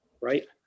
Right